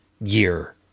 year